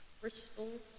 crystals